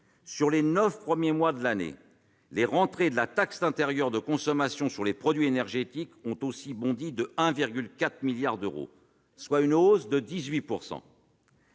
Sur les neuf premiers mois de l'année, les rentrées de la taxe intérieure de consommation sur les produits énergétiques ont bondi de 1,4 milliard d'euros, soit une hausse de 18